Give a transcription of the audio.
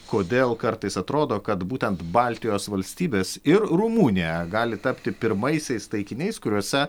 kodėl kartais atrodo kad būtent baltijos valstybės ir rumunija gali tapti pirmaisiais taikiniais kuriuose